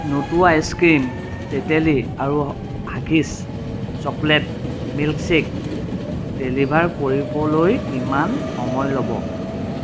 নোটো ice cream তেতেলী আৰু Hershey's chocolate milkshake deliver কৰিবলৈ কিমান সময় ল'ব